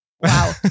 Wow